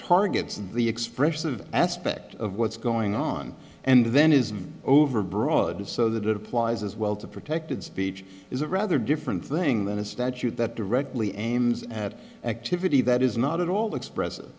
targets the expression of aspect of what's going on and then is overbroad so that it applies as well to protected speech is a rather different thing than a statute that only aims at activity that is not at all express